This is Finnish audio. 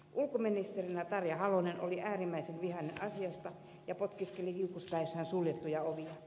ulkoministerinä tarja halonen oli äärimmäisen vihainen asiasta ja potkiskeli kiukuspäissään suljettuja ovia